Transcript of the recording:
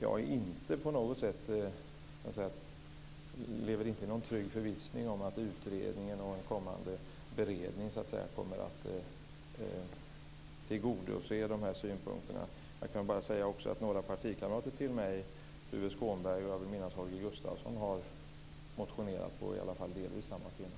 Jag lever inte i någon trygg förvissning om att utredningen och den kommande beredningen kommer att tillgodose de här synpunkterna. Några partikamrater till mig har motionerat på delvis samma tema. Jag vill minnas att det var Tuve